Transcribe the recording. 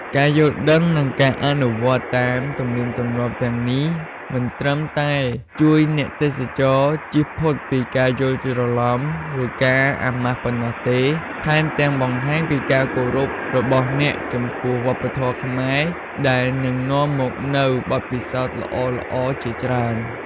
ការយល់ដឹង និងការអនុវត្តន៍តាមទំនៀមទម្លាប់ទាំងនេះ មិនត្រឹមតែជួយឱ្យអ្នកទេសចរជៀសផុតពីការយល់ច្រឡំ ឬការប្រមាថប៉ុណ្ណោះទេ ថែមទាំងបង្ហាញពីការគោរពរបស់អ្នកចំពោះវប្បធម៌ខ្មែរ ដែលនឹងនាំមកនូវបទពិសោធន៍ល្អៗជាច្រើន។